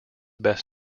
best